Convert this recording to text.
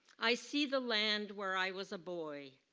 i see the land where i was a boy.